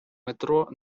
метро